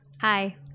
Hi